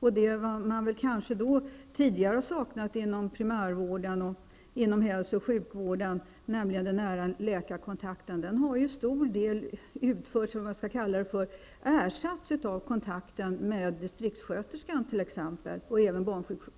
Vad man tidigare har saknat inom primärvården och hälso och sjukvården, nämligen den nära läkarkontakten, har till stor del ersatts av kontakter med t.ex. distriktssköterskan och även